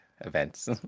events